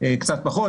קצת פחות.